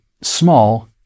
small